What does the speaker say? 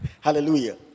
Hallelujah